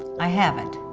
i haven't.